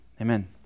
Amen